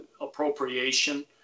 appropriation